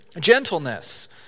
Gentleness